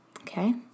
Okay